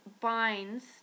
binds